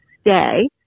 stay